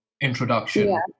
introduction